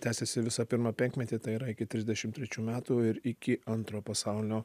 tęsiasi visą pirmą penkmetį tai yra iki trisdešim trečių metų ir iki antro pasaulinio